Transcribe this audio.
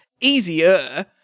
easier